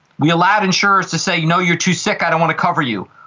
we allowed insurers to say, no, you're too sick, i don't want to cover you,